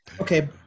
Okay